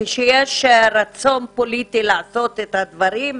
כשיש רצון פוליטי לעשות את הדברים,